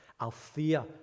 Althea